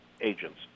agents